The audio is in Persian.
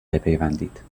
بپیوندید